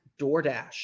DoorDash